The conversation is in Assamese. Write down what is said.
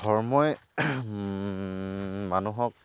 ধৰ্মই মানুহক